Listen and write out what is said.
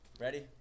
Ready